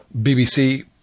BBC